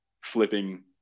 flipping